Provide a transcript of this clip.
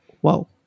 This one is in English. whoa